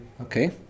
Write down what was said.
Okay